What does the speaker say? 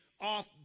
off